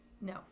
No